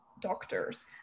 doctors